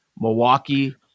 Milwaukee